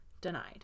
denied